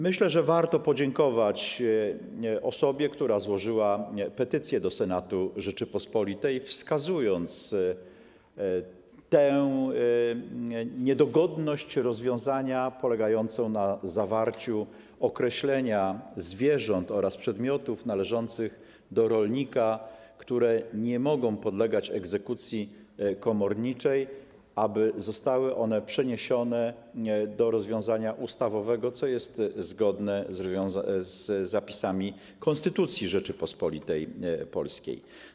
Myślę, że warto podziękować osobie, która złożyła petycję do Senatu Rzeczypospolitej, wskazując niedogodność polegającą na zawarciu w rozporządzeniu określenia zwierząt oraz przedmiotów należących do rolnika, które nie mogą podlegać egzekucji komorniczej - chodzi o to, aby zostało ono przeniesione do rozwiązania ustawowego, co jest zgodne z zapisami Konstytucji Rzeczypospolitej Polskiej.